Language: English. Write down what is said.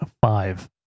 five